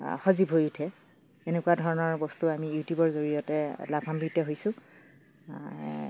সজীৱ হৈ উঠে সেনেকুৱাধৰণৰ বস্তু আমি ইউটিউবৰ জড়িয়তে আমি লাভান্বিত হৈছোঁ